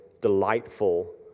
delightful